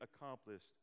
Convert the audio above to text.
accomplished